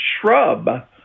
shrub